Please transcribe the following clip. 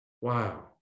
Wow